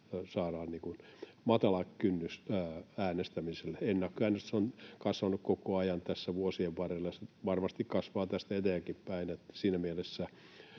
saadaan matala kynnys äänestämiselle. Ennakkoäänestäminen on kasvanut koko ajan tässä vuosien varrella, ja se varmasti kasvaa tästä eteenkinpäin, niin että